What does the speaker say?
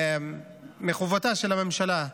מחובתה של הממשלה,